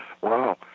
Wow